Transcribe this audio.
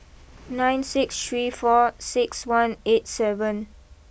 nine six three four six one eight seven